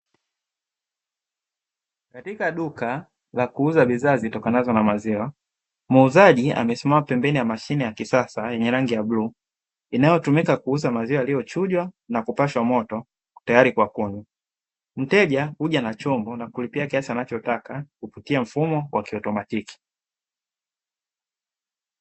Katika duka la kuuza bidhaa zitokanazo na maziwa muuzaji amesimama pembeni ya mashine ya kisasa yenye rangi ya bluu, inayotumika kuuza maziwa yaliyochujwa na kupashwa moto tayari kwa kunywa. Mteja huja na chombo na kulipia kiasi anachotaka kupitia mfumo wa kiautomatiki.